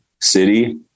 city